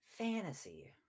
Fantasy